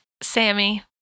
sammy